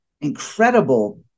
incredible